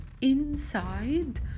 inside